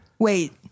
Wait